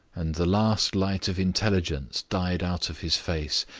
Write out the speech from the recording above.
and the last light of intelligence died out of his face,